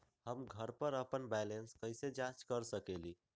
हम घर पर अपन बैलेंस कैसे जाँच कर सकेली?